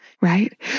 right